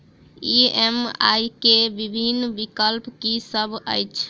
EMI केँ विभिन्न विकल्प की सब अछि